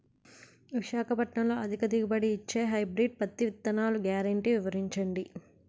విశాఖపట్నంలో అధిక దిగుబడి ఇచ్చే హైబ్రిడ్ పత్తి విత్తనాలు గ్యారంటీ వివరించండి?